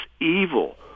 evil